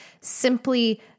simply